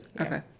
Okay